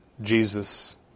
Jesus